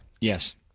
Yes